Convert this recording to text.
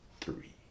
three